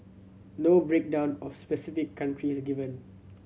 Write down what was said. no breakdown of specific countries given